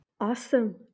Awesome